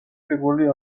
პირველი